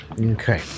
Okay